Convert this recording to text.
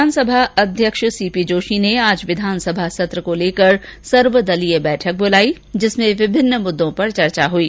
विधानसभा अध्यक्ष सीपी जोषी ने आज विधानसभा सत्र को लेकर सर्वदलीय बैठक बुलाई जिसमें विभिन्न मुद्दों पर चर्चा हुई